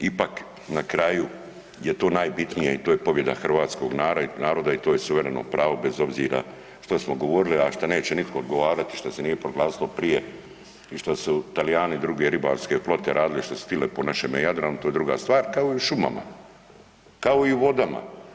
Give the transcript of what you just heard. Ipak na kraju je to najbitnije i to je pobjeda Hrvatskog naroda i to je suvereno pravo bez obzira što smo govorili a što neće nitko odgovarati, šta se nije proglasilo prije i što su Talijani druge ribarske flote radili što su htili po našemu Jadranu to je druga stvar kao i o šumama, kao i u vodama.